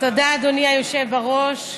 אדוני היושב-ראש,